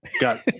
got